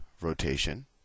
rotation